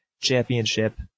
championship